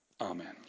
Amen